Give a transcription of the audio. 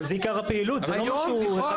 אבל זה עיקר הפעילות, זה לא משהו חד פעמי.